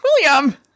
William